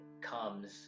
comes